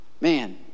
Man